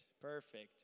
perfect